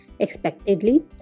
Expectedly